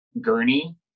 gurney